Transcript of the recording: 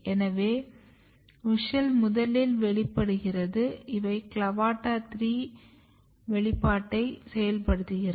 எனவே WUSCHEL முதலில் வெளிப்படுகிறது இவை CLAVATA 3 வெளிப்பாட்டை செயல்படுத்துகிறது